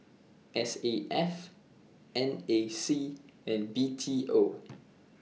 S A F N A C and B T O